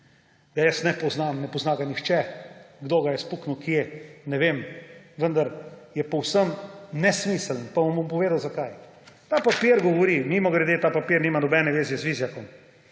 ga jaz ne poznam, ne pozna ga nihče, kdo ga je spuknil kje, ne vem. Vendar je povsem nesmiseln pa vam bom povedal, zakaj. Mimogrede, ta papir nima nobene veze z Vizjakom,